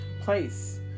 place